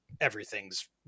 everything's